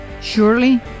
surely